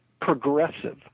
progressive